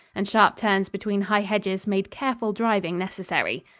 and sharp turns between high hedges made careful driving necessary.